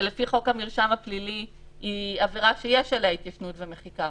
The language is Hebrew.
שלפי חוק המרשם הפלילי היא עבירה שיש עליה התיישנות ומחיקה,